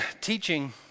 teaching